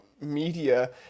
media